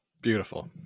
Beautiful